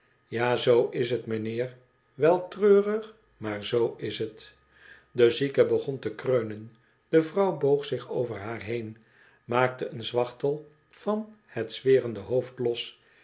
ja zoo is het mynheer wel treurig maar zoo is het de zieke begon te kreunen de vrouw boog zich over haar heen maakte een zwachtel van het zwerende